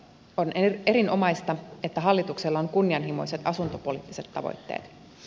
on erinomaista että hallituksella on kunnianhimoiset asuntopoliittiset tavoitteet